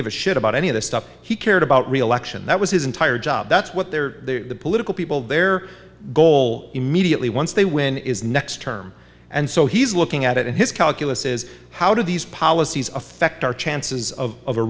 give a shit about any of the stuff he cared about re election that was his entire job that's what they're the political people their goal immediately once they win is next term and so he's looking at it in his calculus is how do these policies affect our chances of